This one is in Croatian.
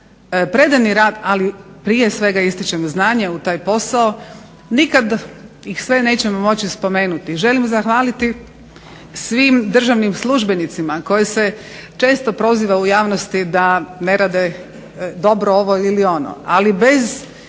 predani rad, prije svega ističem znanje u taj posao, nikada ih sve nećemo moći spomenuti. Želim zahvaliti svim državnim službenicima koje se često proziva u javnosti da ne rade ovo ili ono, ali bez